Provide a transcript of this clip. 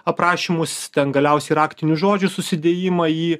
aprašymus ten galiausiai raktinius žodžius susidėjimą jį